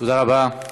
תודה רבה.